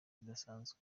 kidasanzwe